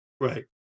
right